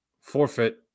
Forfeit